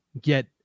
get